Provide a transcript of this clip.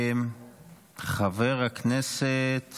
חבר הכנסת